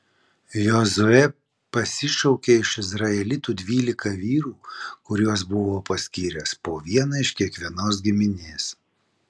jozuė pasišaukė iš izraelitų dvylika vyrų kuriuos buvo paskyręs po vieną iš kiekvienos giminės